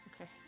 Okay